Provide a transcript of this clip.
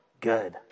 Good